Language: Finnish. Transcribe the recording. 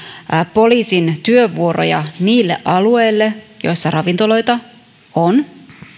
poliisin työvuoroja niille alueille joilla ravintoloita on